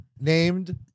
Named